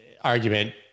argument